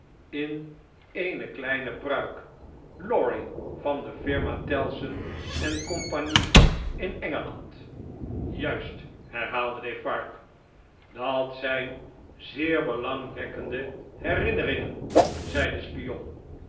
in eene kleine pruik lorry van de firma tellson en cie in engelan d juist herhaalde defarge dat zjjn zeer belangwekkende herinneringen zei de spion